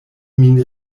min